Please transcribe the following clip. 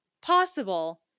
possible